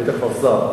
היית כבר שר.